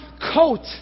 coat